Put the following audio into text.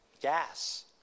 gas